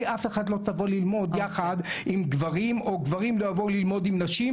כי אף אחת לא תבוא ללמוד יחד עם גברים או גברים לא יבואו ללמוד עם נשים,